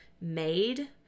Made